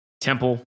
temple